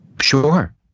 Sure